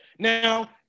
Now